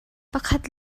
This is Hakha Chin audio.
pakhat